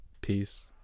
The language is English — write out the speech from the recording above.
peace